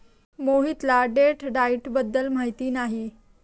मोहितला date diet बद्दल माहिती नाही